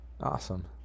awesome